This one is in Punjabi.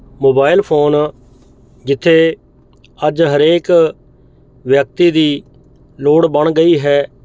ਮੋਬਾਇਲ ਫ਼ੋਨ ਜਿੱਥੇ ਅੱਜ ਹਰੇਕ ਵਿਅਕਤੀ ਦੀ ਲੋੜ ਬਣ ਗਈ ਹੈ